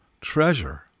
treasure